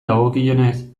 dagokionez